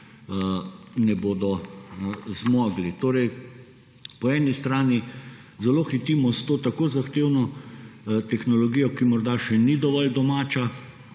ne bodo zmogli. Torej po eni strani zelo hitimo s to tako zahtevno tehnologijo, ki morda še ni dovolj domača